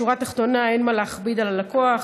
בשורה התחתונה אין מה להכביד על הלקוח.